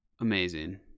amazing